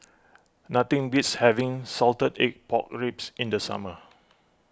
nothing beats having Salted Egg Pork Ribs in the summer